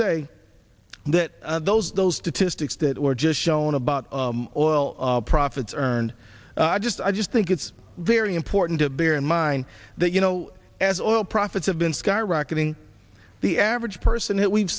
say that those those statistics that were just shown about oil profits earned i just i just think it's very important to bear in mind that you know as oil profits have been skyrocketing the average person that we've